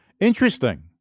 Interesting